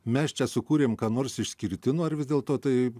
mes čia sukūrėm ką nors išskirtinio ar vis dėlto tai